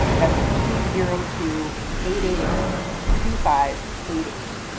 that's two zero two eight eight eight two five eight eight.